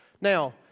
Now